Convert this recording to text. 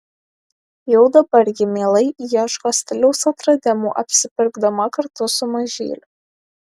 jau dabar ji mielai ieško stiliaus atradimų apsipirkdama kartu su mažyliu